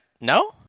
No